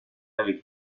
avec